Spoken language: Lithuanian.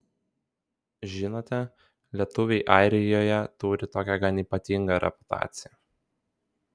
žinote lietuviai airijoje turi tokią gan ypatingą reputaciją